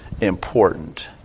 important